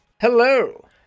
Hello